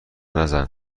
نزن